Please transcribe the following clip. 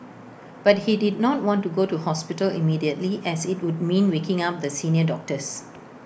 but he did not want to go to hospital immediately as IT would mean waking up the senior doctors